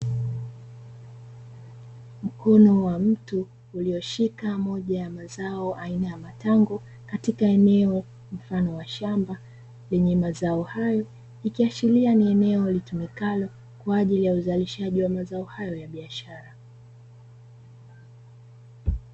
Mkono wa mtu uliyeshika moja ya mazao ya matango katika eneo mfano wa shamba la mazao hayo ikiashiria ni eneo litumikalo kwa ajili ya uzalishaji wa mazao hayo ya biashara.